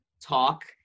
talk